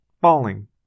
falling